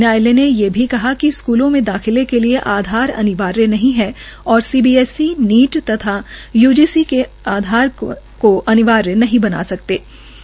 न्यायालय ने ये भी कहा कि स्कूलों में दाखिले के लिए आधार अनिवार्य नहीं है और सीबीएससी नीट और यूजीसी भी आधार को अनिवार्य नहीं बना सकते है